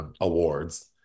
awards